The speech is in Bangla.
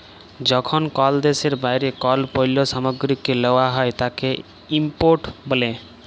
যখন কল দ্যাশের বাইরে কল পল্য সামগ্রীকে লেওয়া হ্যয় তাকে ইম্পোর্ট ব্যলে